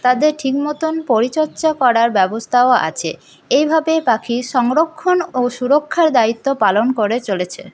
তাদের ঠিক মতোন পরিচর্যা করার ব্যবস্থাও আছে এইভাবে পাখির সংরক্ষণ ও সুরক্ষার দায়িত্ব পালন করে চলেছে